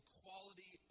quality